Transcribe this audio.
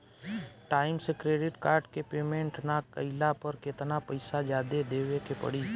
Time से credit card के payment ना कैला पर केतना पईसा जादे देवे के पड़ी?